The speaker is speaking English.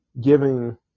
giving